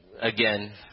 again